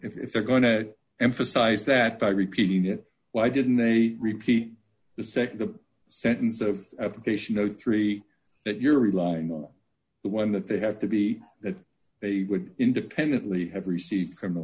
if they're going to emphasize that by repeating it why didn't they repeat the nd the sentence of at that they should know three that you're relying on the one that they have to be that they would independently have received criminal